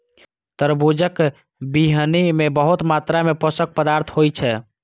तरबूजक बीहनि मे बहुत मात्रा मे पोषक पदार्थ होइ छै